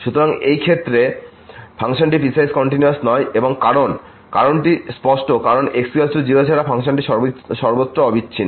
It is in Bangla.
সুতরাং এই ক্ষেত্রে এই ফাংশনটিপিসওয়াইস কন্টিনিউয়াস নয় এবং কারণটি স্পষ্ট কারণ x 0 ছাড়া ফাংশনটি সর্বত্র অবিচ্ছিন্ন